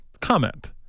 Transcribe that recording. comment